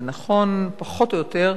זה נכון, פחות או יותר,